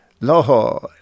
Lord